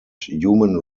human